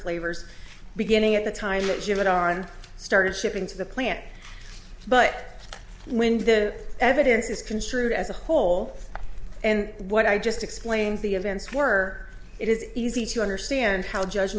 flavors beginning at the time that are and started shipping to the plant but when the evidence is construed as a whole and what i just explained the events were it is easy to understand how judge